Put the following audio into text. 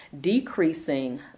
decreasing